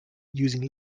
using